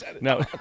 No